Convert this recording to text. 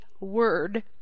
word